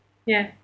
yes